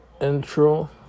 intro